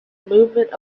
movement